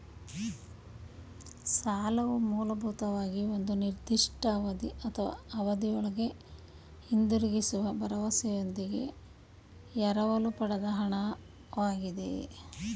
ಸಾಲವು ಮೂಲಭೂತವಾಗಿ ಒಂದು ನಿರ್ದಿಷ್ಟ ಅವಧಿ ಅಥವಾ ಅವಧಿಒಳ್ಗೆ ಹಿಂದಿರುಗಿಸುವ ಭರವಸೆಯೊಂದಿಗೆ ಎರವಲು ಪಡೆದ ಹಣ ವಾಗಿದೆ